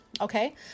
Okay